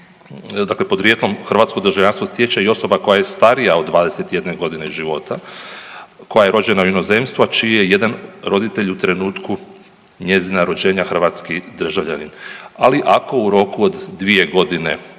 dakle podrijetlom hrvatsko državljanstvo stječe i osoba koja je starija od 21 g. života, koja je rođena u inozemstvu, a čiji je jedan roditelj u trenutku njezina rođenja hrvatski državljanin, ali ako u roku od 2 godine